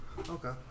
Okay